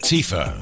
Tifa